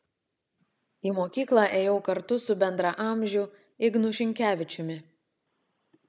į mokykla ėjau kartu su bendraamžiu ignu šinkevičiumi